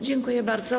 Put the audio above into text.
Dziękuję bardzo.